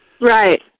Right